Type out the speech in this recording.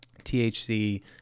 thc